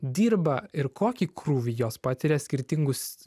dirba ir kokį krūvį jos patiria skirtingus